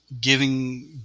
giving